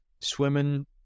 swimming